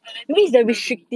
unless they cater to me